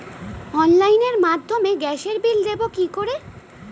অনলাইনের মাধ্যমে গ্যাসের বিল দেবো কি করে?